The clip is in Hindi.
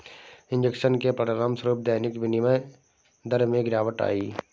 इंजेक्शन के परिणामस्वरूप दैनिक विनिमय दर में गिरावट आई